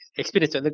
experience